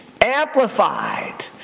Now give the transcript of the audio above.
amplified